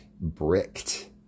bricked